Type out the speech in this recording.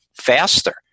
faster